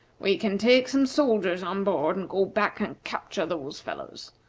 we can take some soldiers on board, and go back and capture those fellows.